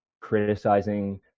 criticizing